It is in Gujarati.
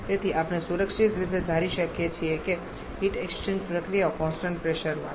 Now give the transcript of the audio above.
તેથી આપણે સુરક્ષિત રીતે ધારી શકીએ છીએ કે હીટ એક્સચેન્જ પ્રક્રિયાઓ કોન્સટંટ પ્રેશરમાં છે